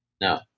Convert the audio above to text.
No